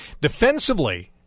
Defensively